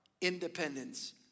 independence